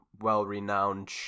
well-renowned